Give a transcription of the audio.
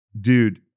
dude